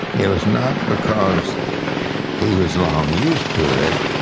it was not because he was long used to it.